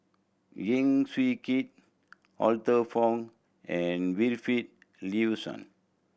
Heng Swee Keat Arthur Fong and Wilfed Lawson